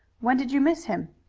when did you miss him?